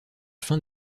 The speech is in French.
fin